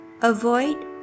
avoid